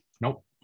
nope